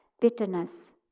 Bitterness